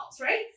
right